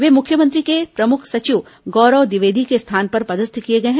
ये मुख्यमंत्री के प्रमुख सचिव गौरव द्विवेदी के स्थान पर पदस्थ किए गए हैं